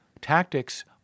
tactics